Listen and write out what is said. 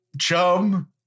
chum